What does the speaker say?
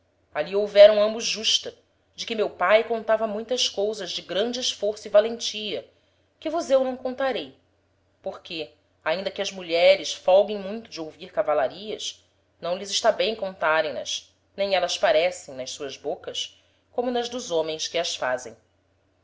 ali houveram ambos justa de que meu pae contava muitas cousas de grande esforço e valentia que vos eu não contarei porque ainda que as mulheres folguem muito de ouvir cavalarias não lhes está bem contarem nas nem élas parecem nas suas bôcas como nas dos homens